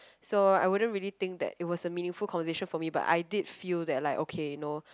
so I wouldn't really think that it was a meaningful conversation for me but I did feel that like okay you know